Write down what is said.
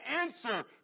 answer